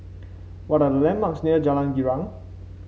what are landmarks near Jalan Girang